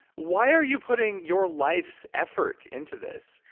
why are you putting your life's effort into this?